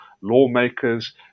lawmakers